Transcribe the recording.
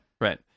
Right